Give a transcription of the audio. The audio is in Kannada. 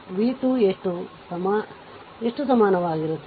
ಮತ್ತು v 2 ಎಷ್ಟು ಸಮಾನವಾಗಿರುತ್ತದೆ